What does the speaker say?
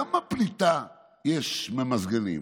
כמה פליטה יש ממזגנים?